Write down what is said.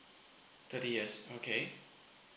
thirty years okay